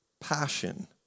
passion